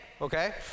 okay